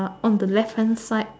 on the left hand side